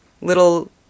Little